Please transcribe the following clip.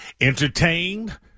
entertained